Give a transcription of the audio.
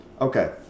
Okay